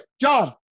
John